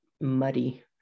muddy